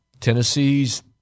Tennessee's